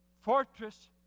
fortress